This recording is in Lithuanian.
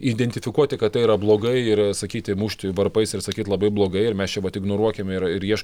identifikuoti kad tai yra blogai ir sakyti mušti varpais ir sakyt labai blogai ir mes čia vat ignoruokime ir ir ieš